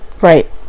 Right